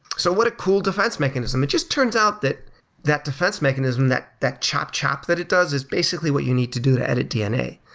so what a cool defense mechanism. it just turns out that that defense mechanism, that that chop-chop that it does is basically what you need to do to edit dna,